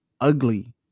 ugly